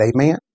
Amen